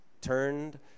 turned